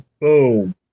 boom